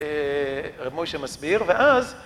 רבי משה מסביר ואז